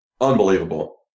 unbelievable